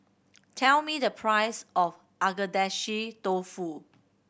tell me the price of Agedashi Dofu